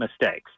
mistakes